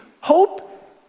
hope